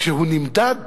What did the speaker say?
כשהוא נמדד